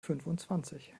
fünfundzwanzig